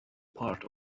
part